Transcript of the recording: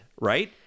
right